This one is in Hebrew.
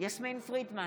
יסמין פרידמן,